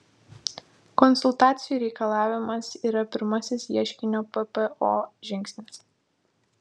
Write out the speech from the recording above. konsultacijų reikalavimas yra pirmasis ieškinio ppo žingsnis